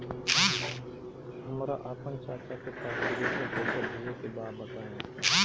हमरा आपन चाचा के पास विदेश में पइसा भेजे के बा बताई